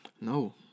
No